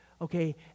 okay